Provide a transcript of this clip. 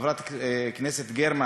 חברת הכנסת גרמן